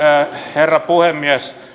herra puhemies